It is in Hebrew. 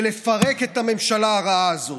ולפרק את הממשלה הרעה הזאת.